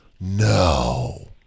No